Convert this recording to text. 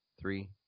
Three